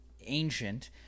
ancient